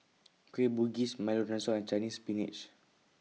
Kueh Bugis Milo Dinosaur and Chinese Spinach